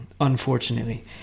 unfortunately